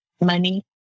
money